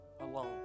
alone